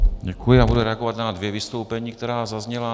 Děkuji, já budu reagovat na dvě vystoupení, která zazněla.